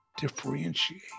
differentiate